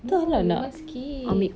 no you must keep